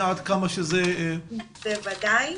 בוודאי.